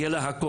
שיהיה לה הכול.